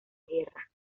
guerra